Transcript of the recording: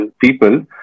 people